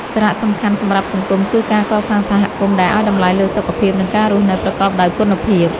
សារៈសំខាន់សម្រាប់សង្គមគឺការកសាងសហគមន៍ដែលឱ្យតម្លៃលើសុខភាព និងការរស់នៅប្រកបដោយគុណភាព។